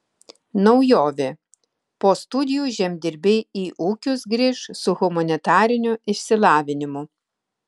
naujovė po studijų žemdirbiai į ūkius grįš su humanitariniu išsilavinimu